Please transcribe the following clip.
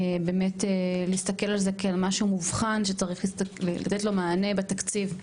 באמת להסתכל על זה כעל משהו מובחן שצריך לתת לו מענה בתקציב.